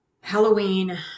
Halloween